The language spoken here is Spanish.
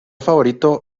favorito